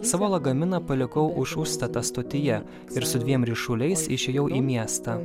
savo lagaminą palikau už užstatą stotyje ir su dviem ryšuliais išėjau į miestą